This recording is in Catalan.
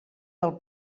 del